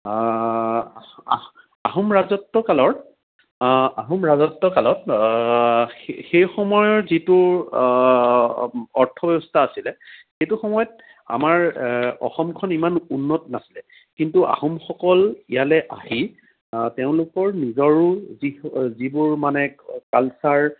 আহোম ৰাজত্বকালৰ আহোম ৰাজতে কালত সেই সময়ৰ যিটো অৰ্থ ব্যৱস্থা আছিলে সেইটো সময়ত আমাৰ অসমখন ইমান উন্নত নাছিল কিন্তু আহোমসকল ইয়ালে আহি তেওঁলোকৰ নিজৰো যিবোৰমানে কালচাৰ